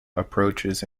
approaches